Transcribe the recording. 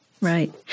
Right